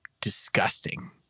disgusting